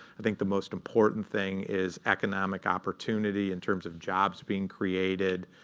i think the most important thing is economic opportunity in terms of jobs being created